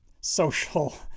social